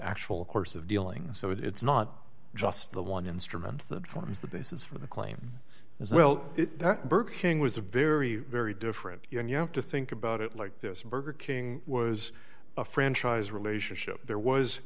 actual course of dealing so it's not just the one instrument that forms the basis for the claim as well that burger king was a very very different and you have to think about it like this burger king was a franchise relationship there was